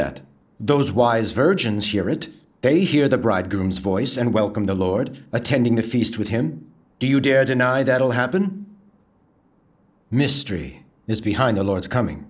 that those wise virgins hear it they hear the bridegroom's voice and welcome the lord attending the feast with him do you dare deny that will happen mystery is behind the lord's coming